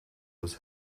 was